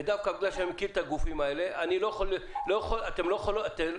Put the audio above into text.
ודווקא בגלל שאני מכיר את הגופים האלה אתן לא